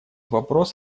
вопрос